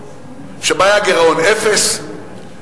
שבה היה גירעון אפס,